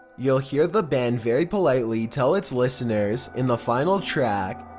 you'll hear the band very politely tell its listeners in the final track,